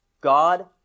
God